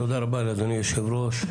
תודה רבה לאדוני היושב-ראש.